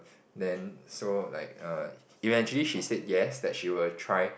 then so like err eventually she said yes that she will try